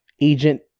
agent